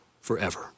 forever